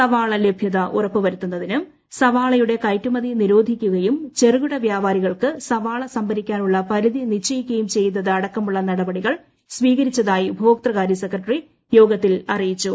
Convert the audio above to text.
സവാള ലഭ്യത ഉറപ്പുവരുത്തുന്നതിന് സവാളയുടെ കയറ്റുമതി നിരോധിക്കുകയും ചെറുകിട വ്യാപാരികൾക്ക് സവാള സംഭരിക്കാനുള്ള പരിധി നിശ്ചയിക്കുകയും ചെയ്തത് അടക്കമുള്ള നടപടികൾ സ്വീകരിച്ചതായി ഉപഭോക്തൃ കാര്യ സെക്രട്ടറി യോഗത്തിൽ അറിയിച്ചു